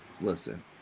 Listen